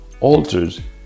altars